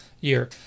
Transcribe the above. year